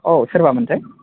औ सोरबा मोनथाय